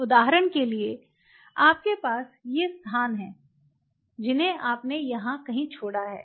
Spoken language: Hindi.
उदाहरण के लिए आपके पास ये स्थान हैं जिन्हे आपने यहां कहीं छोड़ा है